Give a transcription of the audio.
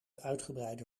uitgebreide